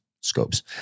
scopes